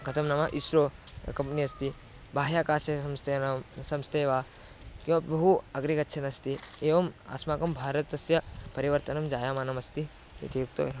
कथं नाम इस्रो कम्प्नी अस्ति बाह्यकासे संस्थानां संस्था वा किमपि बहु अग्रे गच्छनस्ति एवम् अस्माकं भारतस्य परिवर्तनं जायमानमस्ति इति उक्ता विरमामि